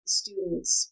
students